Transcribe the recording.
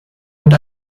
und